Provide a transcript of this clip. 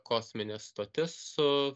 kosminė stotis su